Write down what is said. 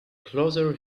closer